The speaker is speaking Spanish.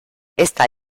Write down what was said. esta